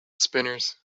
spinners